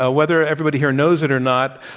ah whether everybody here knows it or not,